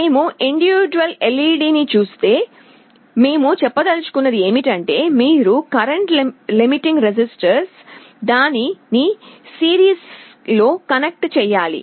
మేము individual LED ని చూస్తే మేము చెప్పదలచుకున్నది ఏమిటంటే మీరు కరెంటు లిమిటింగ్ రెసిస్టన్స్ దానికి సిరీస్లో కనెక్ట్ చేయాలి